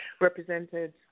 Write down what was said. represented